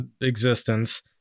existence